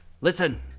listen